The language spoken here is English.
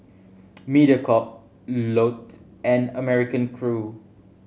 Mediacorp Lotte and American Crew